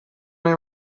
nahi